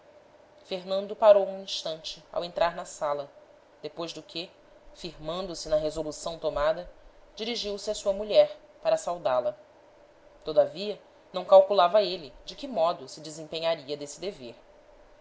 fernando parou um instante ao entrar na sala depois do que firmando se na resolução tomada dirigiu-se a sua mulher para saudá-la todavia não calculava ele de que modo se desempenharia desse dever